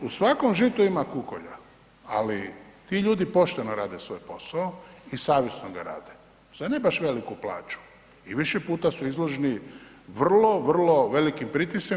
U svakom žitu ima kukolja, ali ti ljudi pošteno rade svoj posao i savjesno ga rade za ne baš veliku plaću i više puta su izloženi vrlo, vrlo pritiscima.